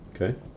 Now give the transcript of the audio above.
Okay